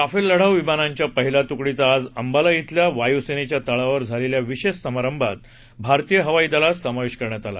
Rafale लढाऊ विमानांच्या पहिल्या तुकडीचा आज अंबाला इथल्या वायुसेनेच्या तळावर झालेल्या विशेष समारंभात भारतीय हवाई दलात समावेश करण्यात आला